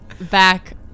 back